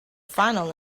final